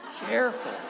careful